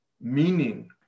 meaning